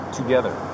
together